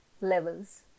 levels